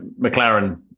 McLaren